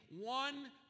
one